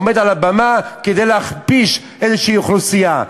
עומד על הבמה כדי להכפיש איזושהי אוכלוסייה.